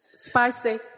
Spicy